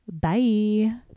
Bye